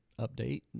update